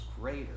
greater